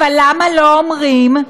אבל למה לא אומרים: